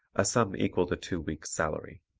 a sum equal to two weeks' salary.